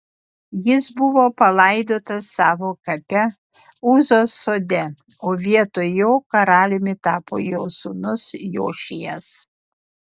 jis buvo palaidotas savo kape uzos sode o vietoj jo karaliumi tapo jo sūnus jošijas